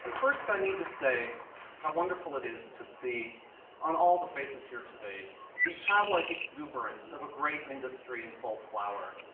first, i need to say how wonderful it is to see on all the faces here today the childlike exuberance of a great industry in full flower.